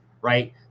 right